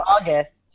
August